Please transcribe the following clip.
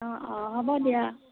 অ অ হ'ব দিয়া